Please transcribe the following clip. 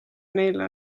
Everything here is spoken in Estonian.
neile